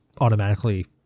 automatically